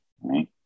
Right